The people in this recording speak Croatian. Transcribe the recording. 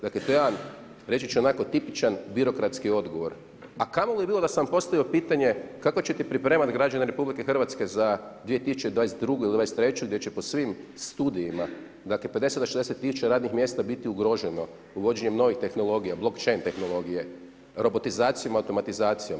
Dakle, to je jedan, reći ću onako tipičan birokratski odgovor, a kamo li bilo, da sam vam postavio pitanje, kako ćete pripremati građane RH, za 2022. ili '23. gdje će po svim studijima, dakle, 50-60 tisuća radnih mjesta biti ugroženo, uvođenjem novih tehnologija, block … tehnologije, robotizacijom, automatizacijom.